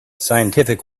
scientific